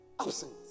Absent